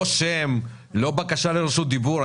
לא שם, לא בקשה לרשות דיבור.